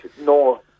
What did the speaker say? no